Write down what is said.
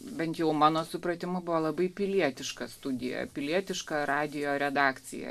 bent jau mano supratimu buvo labai pilietiška studija pilietiška radijo redakcija